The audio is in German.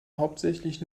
hauptsächlich